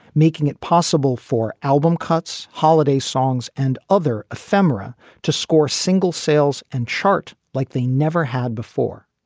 making it possible for album cuts, holiday songs and other ephemera to score singles, sales and chart like they never had before.